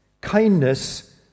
kindness